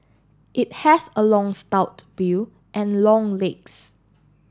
it has a long stout bill and long legs